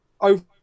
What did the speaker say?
over